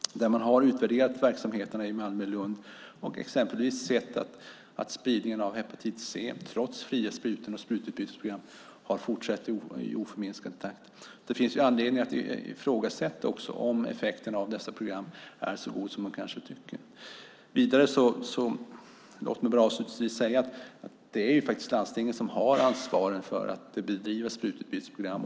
Man har utvärderat verksamheterna i Malmö och Lund och exempelvis sett att spridningen av hepatit C trots fria sprutor och sprututbytesprogram har fortsatt i oförminskad takt. Det finns också anledning att ifrågasätta om effekterna av dessa program är så goda som man kanske tycker. Avslutningsvis ska jag säga att det faktiskt är landstingen som har ansvar för att bedriva sprututbytesprogram.